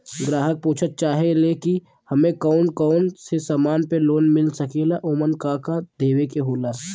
ग्राहक पुछत चाहे ले की हमे कौन कोन से समान पे लोन मील सकेला ओमन का का देवे के होला?